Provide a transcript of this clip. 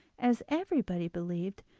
as everybody believed,